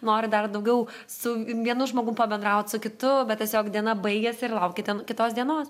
nori dar daugiau su vienu žmogum pabendraut su kitu bet tiesiog diena baigiasi ir lauki ten kitos dienos